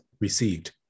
received